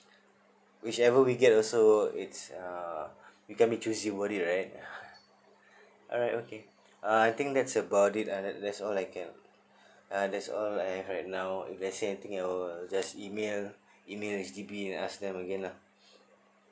whichever we get also it's uh we can be chosen no worry right alright okay uh I think that's about it uh that's all I can uh that's all I have right now if let's say anything I will just email email H_D_B and ask them again lah